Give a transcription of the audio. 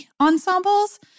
ensembles